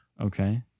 Okay